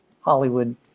Hollywood